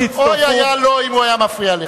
אוי היה לו אם הוא היה מפריע לך, תאמין לי.